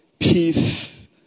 peace